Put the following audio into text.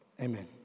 Amen